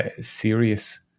serious